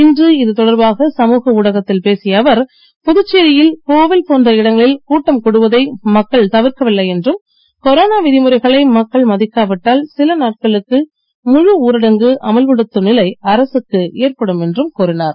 இன்று இது தொடர்பாக சமூக ஊடகத்தில் பேசிய அவர் புதுச்சேரியில் கோவில் போன்ற இடங்களில் கூட்டம் கூடுவதை மக்கள் தவிர்க்கவில்லை என்றும் கொரோனா விதிமுறைகளை மக்கள் மதிக்கா விட்டால் சில நாட்களுக்கு முழு ஊரடங்கு அமல்படுத்தும் நிலை அரசுக்கு ஏற்படும் என்றும் கூறினார்